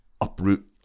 uproot